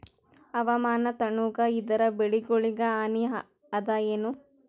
ಹವಾಮಾನ ತಣುಗ ಇದರ ಬೆಳೆಗೊಳಿಗ ಹಾನಿ ಅದಾಯೇನ?